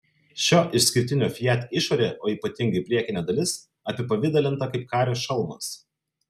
šio išskirtinio fiat išorė o ypatingai priekinė dalis apipavidalinta kaip kario šalmas